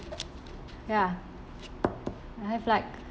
ya I have like